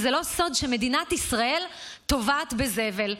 זה לא סוד שמדינת ישראל טובעת בזבל.